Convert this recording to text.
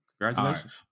Congratulations